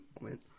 moment